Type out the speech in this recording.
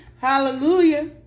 Hallelujah